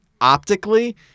optically